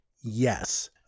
Yes